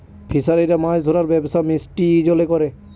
ফিসারিরা মাছ ধরার ব্যবসা মিষ্টি জলে করে